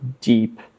deep